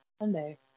Sunday